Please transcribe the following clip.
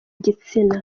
gitsina